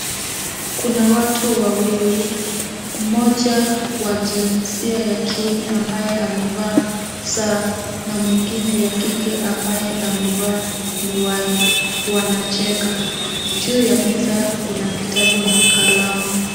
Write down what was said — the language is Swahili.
Kuna watu wawili. Moja wa jinsia ya kiume ambaye amevaa saa na mwingine ya kike ambaye amevaa miwani wanacheka. Juu ya meza kuna kitabu na kalamu.